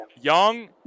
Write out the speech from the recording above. young